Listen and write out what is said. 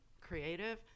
creative